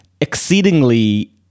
exceedingly